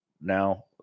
now